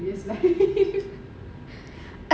it's like